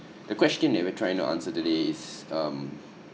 the question that we're trying to answer today is um